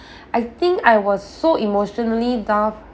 I think I was so emotionally down